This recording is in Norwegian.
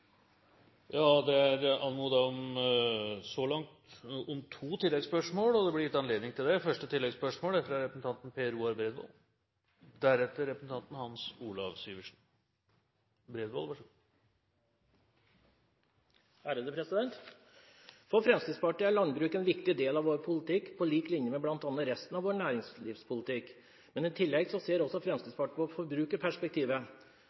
så langt anmodet om to oppfølgingsspørsmål, og det blir gitt anledning til det – først representanten Per Roar Bredvold. For Fremskrittspartiet er landbruket en viktig del av vår politikk, på lik linje med bl.a. resten av vår næringslivspolitikk. Men i tillegg ser også